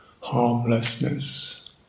harmlessness